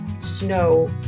snow